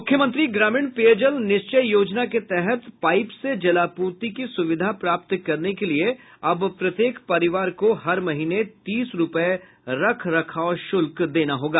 मुख्यमंत्री ग्रामीण पेयजल निश्चय योजना के तहत पाइप से जलापूर्ति की सुविधा प्राप्त करने के लिए अब प्रत्येक परिवार को हर महीने तीस रुपये रखरखाव शुल्क देना होगा